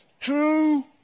two